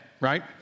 right